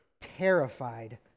terrified